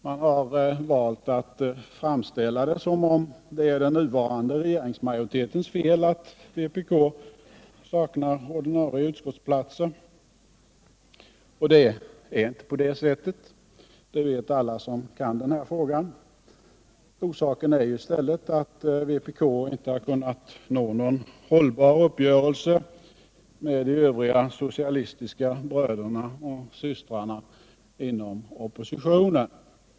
Man har valt att framställa det som om det är den nuvarande regeringsmajoritetens fel att vpk saknar ordinarie utskottsplatser. Det är inte på det sättet, det vet alla som kan denna fråga. Orsaken är i stället att vpk inte har kunnat nå någon hållbar uppgörelse med de övriga socialistiska bröderna och systrarna inom oppositionen.